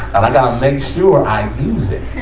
and i gotta make sure i use it.